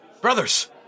Brothers